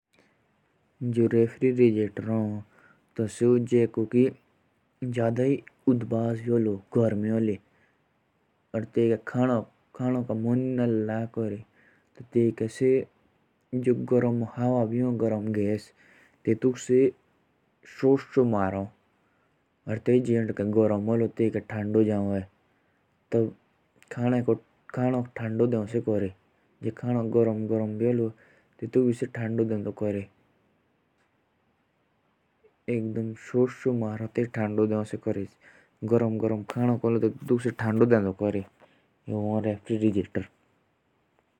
जैसे अगर हम खाना खा रहे होंगे। और खाना गरम है तो उसे वो ठंडा कर देगा जल्दी में ही। जो वो मशीन है।